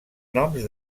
noms